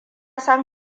san